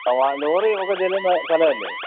ആ ലോറിയൊക്കെ ചെല്ലുന്ന സ്ഥലമല്ലേ